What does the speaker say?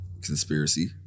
conspiracy